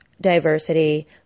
diversity